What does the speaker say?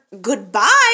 goodbye